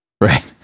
Right